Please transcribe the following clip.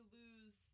lose